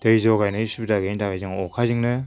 दै ज'गायनायनि सुबिदा गैयैनि थाखाय जों अ'खाजोंनो